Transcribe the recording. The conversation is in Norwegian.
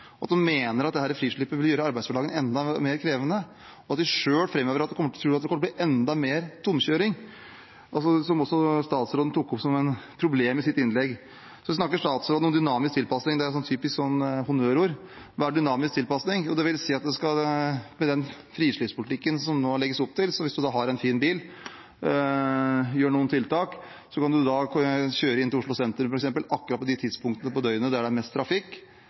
arbeidshverdag for de 14 000 som jobber i næringen? Tror han det når hele næringen selv advarer mot det og mener at dette frislippet vil gjøre arbeidshverdagen enda mer krevende, og selv framhever at de tror det kommer til å bli enda mer tomkjøring, noe også statsråden tok opp som et problem i sitt innlegg? Så snakker statsråden om dynamisk tilpasning. Det er typiske honnørord. Hva er dynamisk tilpasning? Jo, det vil si at med den frislippspolitikken som det nå legges opp til, kan man, hvis man har en fin bil og gjør noen tiltak, kjøre inn til Oslo sentrum f.eks. akkurat på de tidspunktene på døgnet da det er mest trafikk,